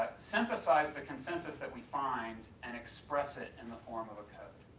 synthesize the consensus that we find and express it in the form of a code.